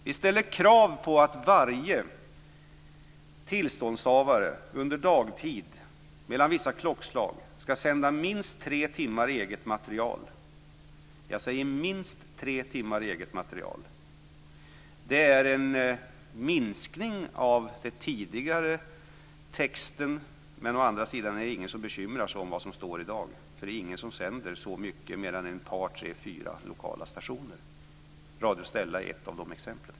Vi ställer krav på att varje tillståndshavare under dagtid mellan vissa klockslag ska sända minst tre timmar eget material - jag säger minst tre timmar eget material. Det är en minskning jämfört med den tidigare texten, men å andra sidan är det ingen som bekymrar sig om vad som står i dag. Det är ingen som sänder så mycket, mer än tre fyra lokala stationer. Radio Stella är ett av de exemplen.